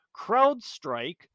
CrowdStrike